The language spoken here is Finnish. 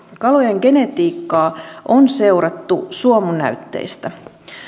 kalojen genetiikkaa on seurattu suomunäytteistä